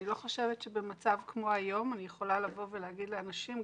אני לא חושבת שבמצב כמו היום אני יכולה לבוא ולהגיד לאנשים,